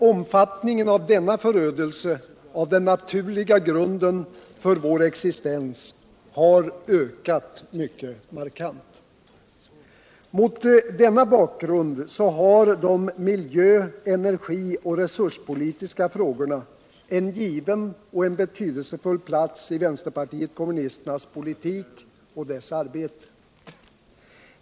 Omfattningen av denna törödelse av den naturliga grunden för vår existens har ökat mycket markant. Mot denna bakgrund har de miljö-. energi och resurspolitiska frågorna en given och betydelsefull plats i vänsterpartiet kommunisternas politik och arbete.